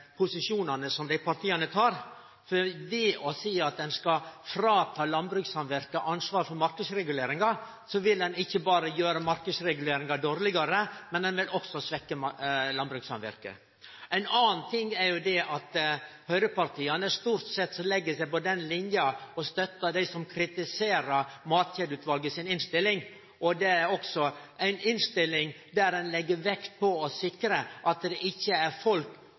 posisjonane dei partia tek, så ved å seie at ein skal ta frå landbrukssamvirket ansvaret for marknadsreguleringa, vil ein ikkje berre gjere marknadsreguleringa dårlegare, ein vil også svekkje landbrukssamvirket. Noko anna er at høgrepartia stort sett legg seg på den linja å støtte dei som kritiserer Matkjedeutvalet si innstilling, ei innstilling der ein legg vekt på å sikre at det ikkje er folk